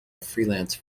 freelance